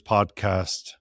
Podcast